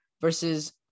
versus